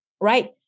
right